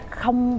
không